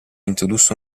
introdusse